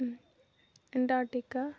Antarctica